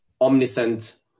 omniscient